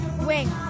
wing